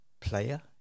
player